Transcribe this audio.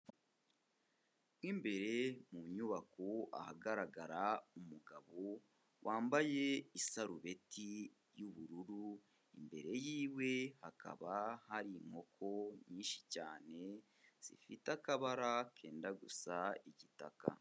Mo imbere mu nyubako ahagaragara umugabo wambaye isarubeti y'ubururu, imbere y'iwe hakaba hari inkoko nyinshi cyane, zifite akabara kenda gusa igitaka.